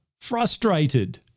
frustrated